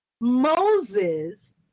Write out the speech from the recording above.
Moses